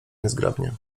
niezgrabnie